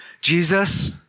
Jesus